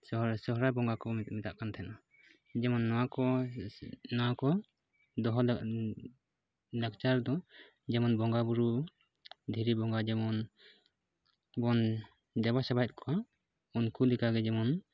ᱥᱚᱦᱨᱟᱭ ᱵᱚᱸᱜᱟ ᱠᱚ ᱢᱮᱛᱟᱜ ᱠᱟᱱ ᱛᱟᱦᱮᱱᱟ ᱡᱮᱢᱚᱱ ᱱᱚᱣᱟᱠᱚ ᱱᱚᱣᱟᱠᱚ ᱫᱚᱦᱚ ᱫᱚ ᱞᱟᱠᱪᱟᱨ ᱫᱚ ᱡᱮᱢᱚᱱ ᱵᱚᱸᱜᱟᱼᱵᱩᱨᱩ ᱫᱷᱤᱨᱤ ᱵᱚᱸᱜᱟ ᱡᱮᱢᱚᱱ ᱵᱚᱱ ᱫᱮᱵᱟ ᱥᱮᱵᱟᱭᱮᱫ ᱠᱚᱣᱟ ᱩᱱᱠᱩ ᱞᱮᱠᱟᱜᱮ ᱡᱮᱢᱚᱱ